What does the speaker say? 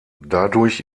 dadurch